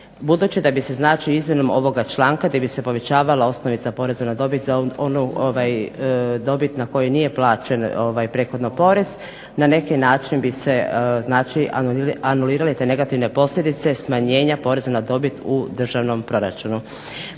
budući da bi se znači izmjenom ovoga članka gdje bi se povećavala osnovica poreza na dobit za onu dobit na koju nije plaćen prethodno porez, na neki način bi se znači anulirale te negativne posljedice smanjenja poreza na dobit u državnom proračunu,